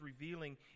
revealing